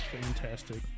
fantastic